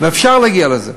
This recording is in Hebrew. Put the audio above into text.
ואפשר להגיע לזה.